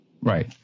Right